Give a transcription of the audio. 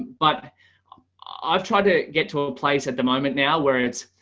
but i've tried to get to a place at the momen now where it's,